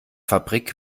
fabrik